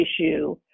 issue